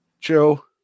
Joe